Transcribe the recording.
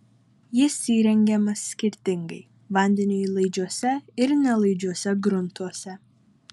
jis įrengiamas skirtingai vandeniui laidžiuose ir nelaidžiuose gruntuose